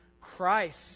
Christ